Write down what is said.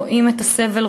רואים את הסבל,